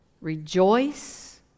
Rejoice